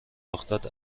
رخداد